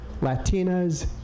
Latinas